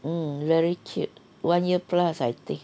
mm very cute one year plus I think